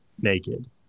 naked